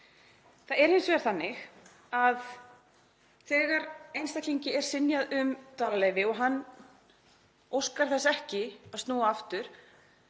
Það er hins vegar þannig að þegar einstaklingi er synjað um dvalarleyfi og hann óskar þess ekki að snúa aftur